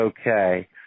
okay